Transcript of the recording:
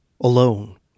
Alone